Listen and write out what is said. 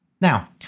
Now